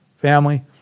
Family